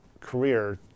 career